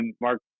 Mark